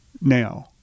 now